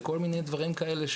וכל מיני דברים כאלה,